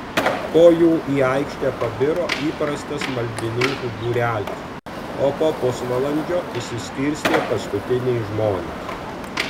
po jų į aikštę pabiro įprastas maldininkų būrelis o po pusvalandžio išsiskirstė paskutiniai žmonės